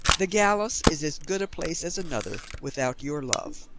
the gallows is as good a place as another, without your love.